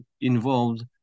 involved